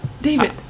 David